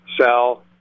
sell